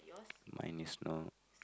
mine is not